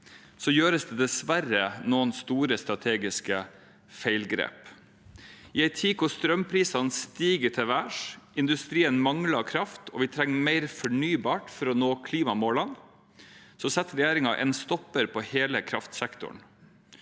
gjøres det dessverre noen store strategiske feilgrep. I en tid hvor strømprisene stiger til værs, industrien mangler kraft og vi trenger mer fornybart for å nå klimamålene, setter regjeringen en stopper for hele kraftsektoren.